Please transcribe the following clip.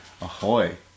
Ahoy